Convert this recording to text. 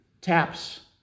taps